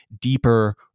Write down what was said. deeper